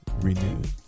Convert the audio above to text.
renewed